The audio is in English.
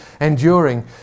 enduring